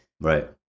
Right